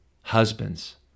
Husbands